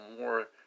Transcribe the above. more